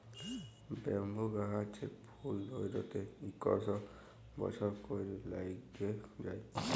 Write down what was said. bamboo গাহাচের ফুল ধ্যইরতে ইকশ বসর ক্যইরে ল্যাইগে যায়